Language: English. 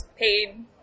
paid